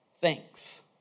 thanks